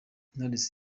knowless